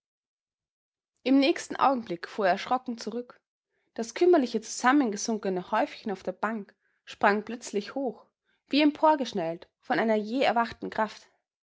im nächsten augenblick fuhr er erschrocken zurück das kümmerliche zusammengesunkene häufchen auf der bank sprang plötzlich hoch wie emporgeschnellt von einer jäh erwachten kraft